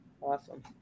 awesome